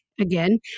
again